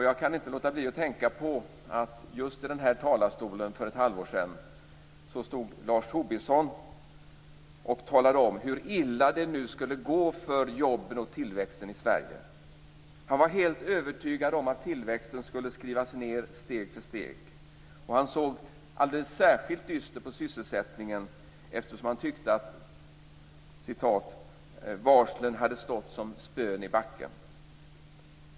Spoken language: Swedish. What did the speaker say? Jag kan inte låta bli att tänka på att just i den här talarstolen för ett halvår sedan stod Lars Tobisson och talade om hur illa det skulle gå för jobben och tillväxten i Sverige. Han var helt övertygad om att tillväxten skulle skrivas ned steg för steg. Alldeles särskilt dystert såg han på sysselsättningen, eftersom han tyckte att "varslen hade stått som spön i backen".